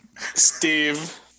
Steve